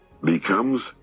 becomes